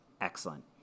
excellent